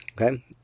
Okay